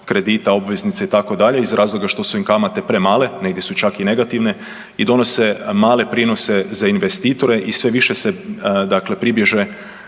kredita obveznice itd. iz razloga što su im kamate premale, negdje su čak i negativne, i donose male prinose za investitore i sve više se pribježe